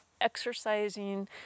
exercising